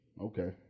Okay